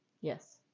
Yes